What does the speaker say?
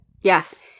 Yes